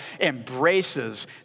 embraces